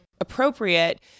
appropriate